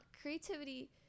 creativity